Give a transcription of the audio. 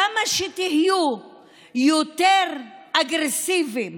כמה שתהיו יותר אגרסיביים